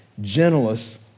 gentleness